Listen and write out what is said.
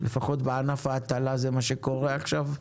לפחות בענף ההטלה זה מה שקורה עכשיו,